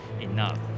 enough